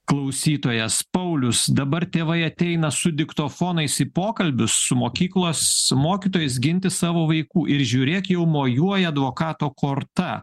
klausytojas paulius dabar tėvai ateina su diktofonais į pokalbius su mokyklos mokytojais ginti savo vaikų ir žiūrėk jau mojuoja advokato korta